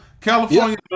California